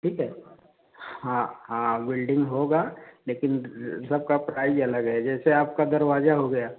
ठीक है हाँ हाँ वेल्डिंग होगी लेकिन सबका प्राइज अलग है जैसे आपका दरवाजा हो गया